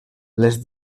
les